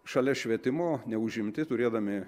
šalia švietimo neužimti turėdami